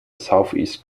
southeast